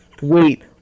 wait